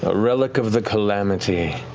ah relic of the calamity,